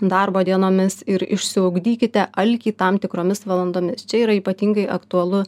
darbo dienomis ir išsiugdykite alkį tam tikromis valandomis čia yra ypatingai aktualu